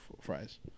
fries